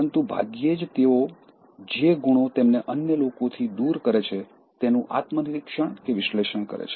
પરંતુ ભાગ્યે જ તેઓ જે ગુણો તેમને અન્ય લોકોથી દૂર કરે છે તેનું આત્મનિરીક્ષણ કે વિશ્લેષણ કરે છે